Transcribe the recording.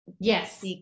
Yes